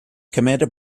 commanded